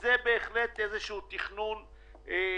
זה בהחלט איזה שהוא תכנון חסר.